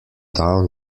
down